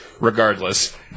Regardless